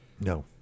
No